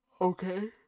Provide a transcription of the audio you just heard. Okay